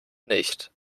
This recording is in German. nicht